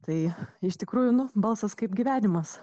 tai iš tikrųjų nu balsas kaip gyvenimas